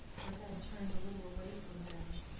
her head turned a little away from him,